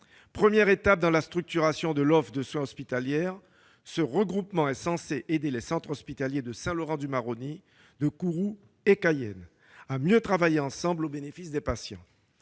Première étape dans la structuration de l'offre de soins hospitalière, ce regroupement est censé aider les centres hospitaliers de Saint-Laurent-du-Maroni, de Kourou et de Cayenne à mieux travailler ensemble, au bénéfice des patients.